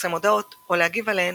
לפרסם הודעות או להגיב עליהן,